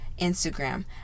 Instagram